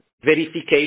verification